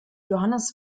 johannes